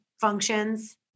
functions